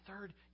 third